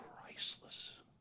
priceless